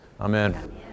amen